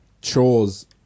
chores